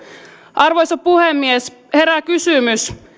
arvoisa puhemies herää kysymys